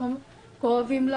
פתאום כואבות,